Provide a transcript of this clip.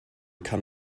kann